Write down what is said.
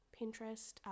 Pinterest